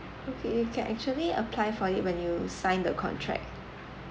okay you can actually apply for it when you sign the contract